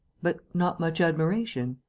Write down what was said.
but not much admiration?